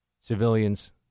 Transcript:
civilians